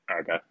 Okay